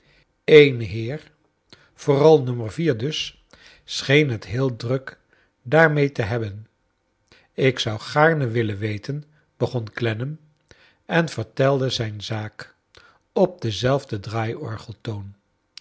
een heer vooral no dus scheen het heel druk daarmee te hebben ik zou gaarne willen weten begon clennam en vertelde zijn zaak op denzelfden draaiorgel toori